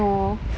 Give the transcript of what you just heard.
no